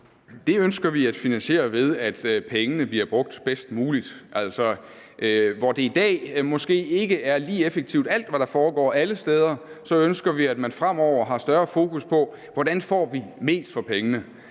Det ønsker vi at finansiere, ved at pengene bliver brugt bedst muligt. Det, der foregår i dag, foregår måske ikke lige effektivt alle steder, så vi ønsker, at man fremover har større fokus på, hvordan vi får mest for pengene.